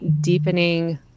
deepening